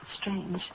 Strange